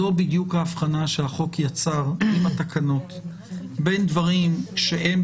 זו בדיוק ההבחנה שהחוק יצר עם התקנות בין דברים שהם